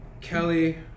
Kelly